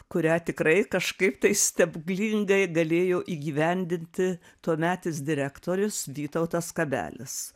kurią tikrai kažkaip tai stebuklingai galėjo įgyvendinti tuometis direktorius vytautas kabelis